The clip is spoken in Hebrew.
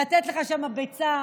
לתת לך שם הביצה,